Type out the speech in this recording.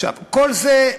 כל זה,